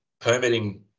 permitting